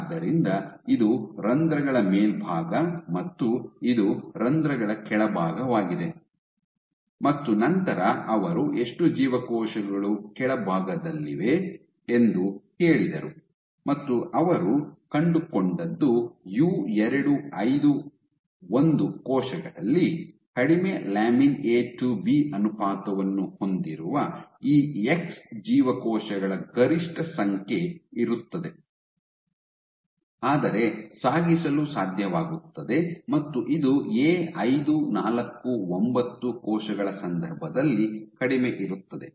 ಆದ್ದರಿಂದ ಇದು ರಂಧ್ರಗಳ ಮೇಲ್ಭಾಗ ಮತ್ತು ಇದು ರಂಧ್ರಗಳ ಕೆಳಭಾಗವಾಗಿದೆ ಮತ್ತು ನಂತರ ಅವರು ಎಷ್ಟು ಜೀವಕೋಶಗಳು ಕೆಳಭಾಗದಲ್ಲಿವೆ ಎಂದು ಕೇಳಿದರು ಮತ್ತು ಅವರು ಕಂಡುಕೊಂಡದ್ದು ಯು 251 ಕೋಶಗಳಲ್ಲಿ ಕಡಿಮೆ ಲ್ಯಾಮಿನ್ ಎ ಟು ಬಿ ಅನುಪಾತವನ್ನು ಹೊಂದಿರುವ ಈ ಎಕ್ಸ್ ಜೀವಕೋಶಗಳ ಗರಿಷ್ಠ ಸಂಖ್ಯೆ ಇರುತ್ತದೆ ಆದರೆ ಸಾಗಿಸಲು ಸಾಧ್ಯವಾಗುತ್ತದೆ ಮತ್ತು ಇದು ಎ 549 ಕೋಶಗಳ ಸಂದರ್ಭದಲ್ಲಿ ಕಡಿಮೆ ಇರುತ್ತದೆ